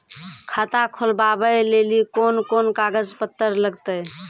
खाता खोलबाबय लेली कोंन कोंन कागज पत्तर लगतै?